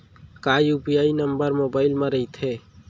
का UPI number mobile म रहिथे?